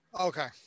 Okay